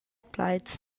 plaids